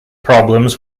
problems